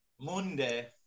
Monday